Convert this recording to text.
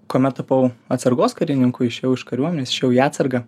kuomet tapau atsargos karininku išėjau iš kariuomenės išėjau į atsargą